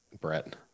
Brett